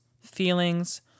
feelings